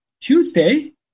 Tuesday